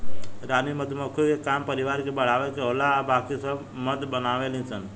रानी मधुमक्खी के काम परिवार के बढ़ावे के होला आ बाकी सब मध बनावे ली सन